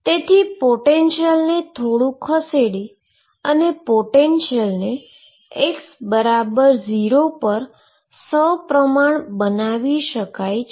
તેથી પોટેંન્શીઅલને થોડું ખસેડી અને પોટેંન્શીઅલને x0 પર સપ્રમાણ બનાવી શકાય છે